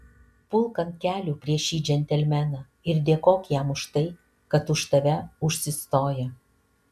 pulk ant kelių prieš šį džentelmeną ir dėkok jam už tai kad už tave užsistoja